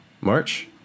March